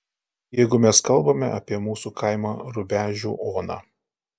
jeigu mes kalbame apie mūsų kaimo rubežių oną